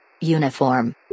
Uniform